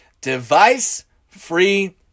Device-Free